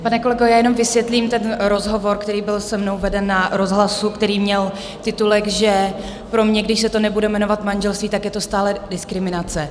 Pane kolego, jenom vysvětlím ten rozhovor, který byl se mnou veden na rozhlasu, který měl titulek, že pro mě, když se to nebude jmenovat manželství, tak je to stále diskriminace.